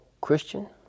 Christian